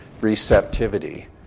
receptivity